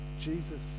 jesus